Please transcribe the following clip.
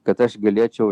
kad aš galėčiau